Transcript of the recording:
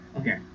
Okay